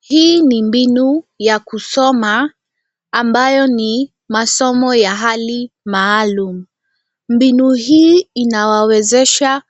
Hii ni mbinu ya kusoma ambayo ni masomo ya hali maalum. Mbinu hii inawawezesha